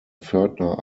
pförtner